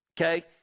okay